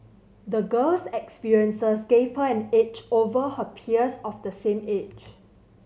the girl's experiences gave her an edge over her peers of the same age